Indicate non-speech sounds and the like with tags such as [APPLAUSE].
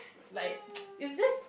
like [NOISE] it's just